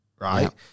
right